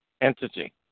entity